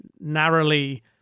narrowly